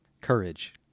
Courage